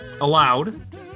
allowed